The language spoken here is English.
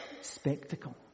spectacle